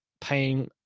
paying